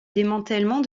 démantèlement